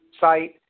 site